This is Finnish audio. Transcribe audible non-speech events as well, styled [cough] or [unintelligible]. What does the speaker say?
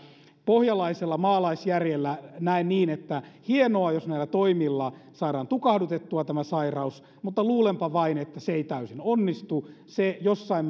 pohjalaisella maalaisjärjellä näen niin että on hienoa jos näillä toimilla saadaan tukahdutettua tämä sairaus mutta luulenpa vain että se ei täysin onnistu se jossain [unintelligible]